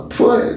put